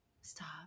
stop